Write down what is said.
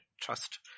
trust